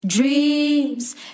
Dreams